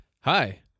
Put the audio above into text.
Hi